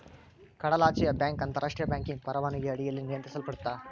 ಕಡಲಾಚೆಯ ಬ್ಯಾಂಕ್ ಅಂತಾರಾಷ್ಟ್ರಿಯ ಬ್ಯಾಂಕಿಂಗ್ ಪರವಾನಗಿ ಅಡಿಯಲ್ಲಿ ನಿಯಂತ್ರಿಸಲ್ಪಡತ್ತಾ